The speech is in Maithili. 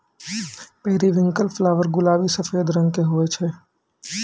पेरीविंकल फ्लावर गुलाबी सफेद रंग के हुवै छै